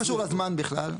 לא קשור לזמן בכלל.